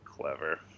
clever